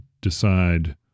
decide